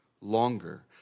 longer